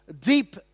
deep